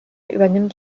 übernimmt